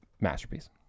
Masterpiece